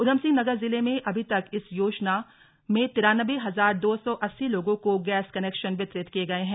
ऊधमसिंह नगर जिले में अभी तक इस योजना तिरानब्बे हजार दो सौ अस्सी लोगो को गैस कनैक्शन वितरित किये गये हैं